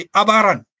abaran